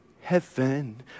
heaven